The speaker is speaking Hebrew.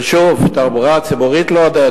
ושוב, תחבורה ציבורית לעודד?